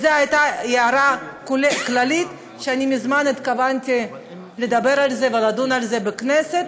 זאת הייתה הערה כללית ומזמן התכוונתי לדבר על זה ולדון על זה בכנסת,